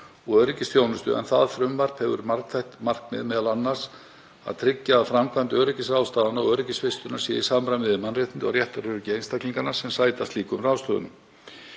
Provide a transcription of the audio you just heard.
og öryggisþjónustu en það frumvarp hefur margþætt markmið, m.a. að tryggja að framkvæmd öryggisráðstafana öryggisvistaðra sé í samræmi við mannréttindi og réttaröryggi einstaklinganna sem sæta slíkum ráðstöfunum.